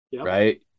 right